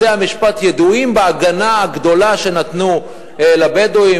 בתי-המשפט ידועים בהגנה הגדולה שנתנו לבדואים.